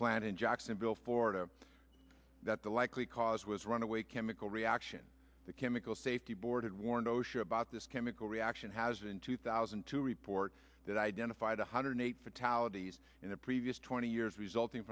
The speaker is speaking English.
plant in jacksonville florida that the likely cause was runaway chemical reaction the chemical safety board warned osha about this chemical reaction has in two thousand and two report that identified one hundred eight fatalities in the previous twenty years resulting